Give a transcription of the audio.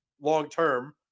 long-term